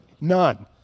none